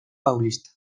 paulista